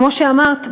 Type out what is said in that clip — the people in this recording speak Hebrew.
כמו שאמרת,